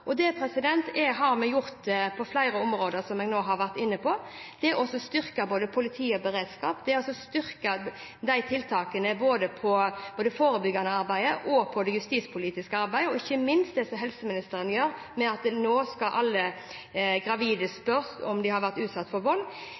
Det har vi gjort på flere områder – noe jeg nå har vært inne på – som å styrke politi og beredskap og styrke tiltakene på det forebyggende og det justispolitiske arbeidet, og ikke minst det som helseministeren gjør ved at alle gravide nå skal spørres om de har vært utsatt for vold.